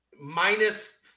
minus